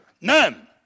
None